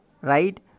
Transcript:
right